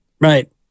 Right